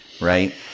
right